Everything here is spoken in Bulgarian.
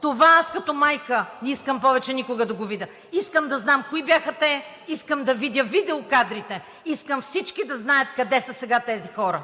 Това аз като майка не искам повече никога да го видя. Искам да знам кои бяха те, искам да видя видеокадрите, искам всички да знаят къде са сега тези хора.